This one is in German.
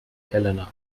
helena